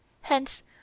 Hence